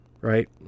Right